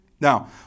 Now